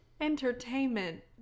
entertainment